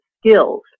skills